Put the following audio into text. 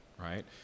right